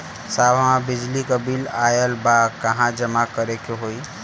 साहब हमार बिजली क बिल ऑयल बा कहाँ जमा करेके होइ?